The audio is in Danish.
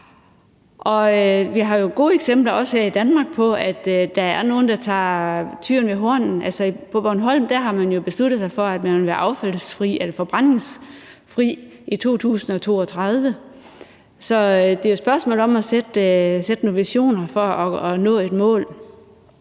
Vi har jo gode eksempler også her i Danmark på, at der er nogle, der tager tyren ved hornene. På Bornholm har de jo besluttet sig for, at de vil være forbrændingsfri i 2032, så det er jo et spørgsmål om at have nogle visioner og nå et mål.